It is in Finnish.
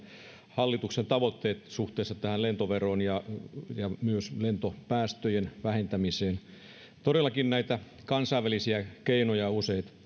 hallituksen tavoitteet suhteessa tähän lentoveroon ja myös lentopäästöjen vähentämiseen ja kiitos vielä aloitteen tekijöille todellakin näitä kansainvälisiä keinoja on useita